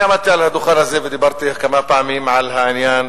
עמדתי על הדוכן הזה ודיברתי כמה פעמים על העניין